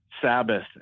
Sabbath